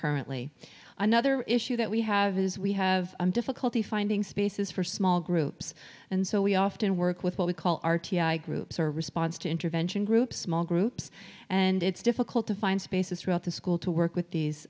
currently another issue that we have is we have difficulty finding spaces for small groups and so we often work with what we call r t i groups or response to intervention groups small groups and it's difficult to find spaces throughout the school to work with these